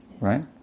right